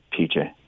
PJ